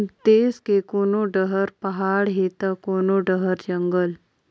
देस के कोनो डहर पहाड़ हे त कोनो डहर जंगल